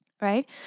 Right